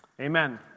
Amen